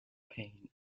pain